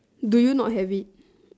do you not have it